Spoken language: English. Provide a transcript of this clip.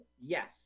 Yes